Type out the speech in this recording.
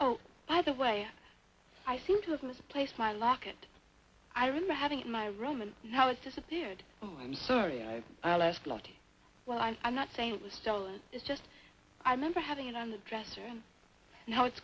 oh by the way i seem to have misplaced my locket i remember having my room and now it's disappeared or i'm sorry i left well i'm not saying it was stolen it's just i remember having it on the dresser and now it's